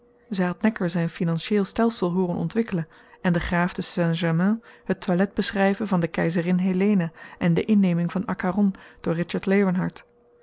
necker zijn financieel stelsel hooren ontwikkelen en den graaf de saint-germain het toilet beschrijven van de keizerin helena en de inneming van akkaron door richard leeuwenhart